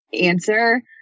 answer